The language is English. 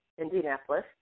Indianapolis